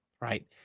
right